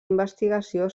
investigació